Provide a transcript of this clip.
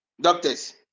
doctors